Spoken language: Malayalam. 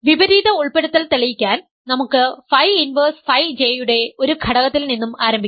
വിപരീത ഉൾപ്പെടുത്തൽ തെളിയിക്കാൻ നമുക്ക് ഫൈ ഇൻവെർസ് ഫൈ J യുടെ ഒരു ഘടകത്തിൽ നിന്നും ആരംഭിക്കാം